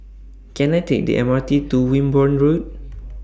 Can I Take The M R T to Wimborne Road